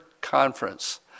conference